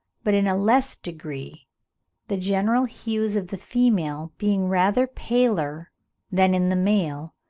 but in a less degree the general hues of the female being rather paler than in the male,